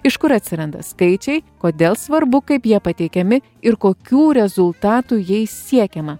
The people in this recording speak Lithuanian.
iš kur atsiranda skaičiai kodėl svarbu kaip jie pateikiami ir kokių rezultatų jais siekiama